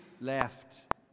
left